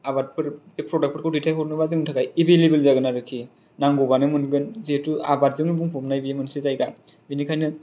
आबादफोर बे फ्रदाक्टफोरखौ दैथायहरनोबा जोंनि थाखाय एबोलएबोल जागोन आरोखि नांगौबानो मोनगोन जिहेतु आबाद जोंनो बुंफबनाय बे मोनसे जायगा बेनिखायनो